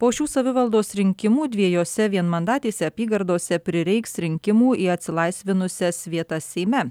po šių savivaldos rinkimų dviejose vienmandatėse apygardose prireiks rinkimų į atsilaisvinusias vietas seime